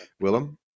Willem